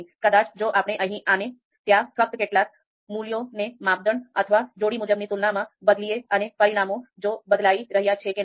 કદાચ જો આપણે અહીં અને ત્યાં ફક્ત કેટલાક મૂલ્યોને માપદંડ અથવા જોડી મુજબની તુલનામાં બદલીએ અને પરિણામો જો બદલાઇ રહ્યા છે કે નહીં